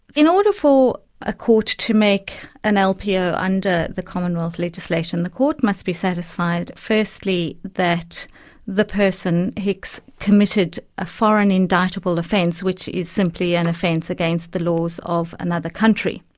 in order for a court to make an lpo under the commonwealth legislation, the court must be satisfied, firstly, that the person, hicks, committed a foreign indictable offence which is simply an offence against the laws of another country.